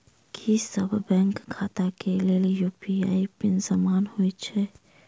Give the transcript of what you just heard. की सभ बैंक खाता केँ लेल यु.पी.आई पिन समान होइ है?